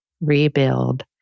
rebuild